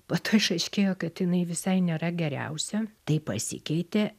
po to išaiškėjo kad jinai visai nėra geriausia tai pasikeitė